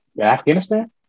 Afghanistan